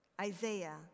Isaiah